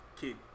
Kid